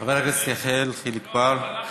חבר הכנסת יחיאל חיליק בר,